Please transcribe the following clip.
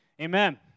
Amen